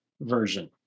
version